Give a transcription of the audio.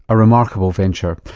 a remarkable venture.